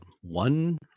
one